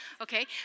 Okay